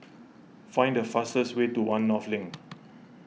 find the fastest way to one North Link